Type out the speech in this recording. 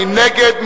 מי נגד?